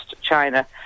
China